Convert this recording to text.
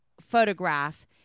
photograph